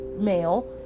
male